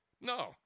No